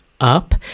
up